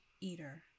Eater